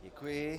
Děkuji.